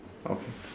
okay